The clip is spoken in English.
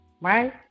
right